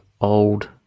old